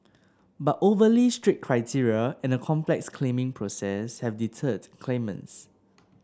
but overly strict criteria and a complex claiming process have deterred claimants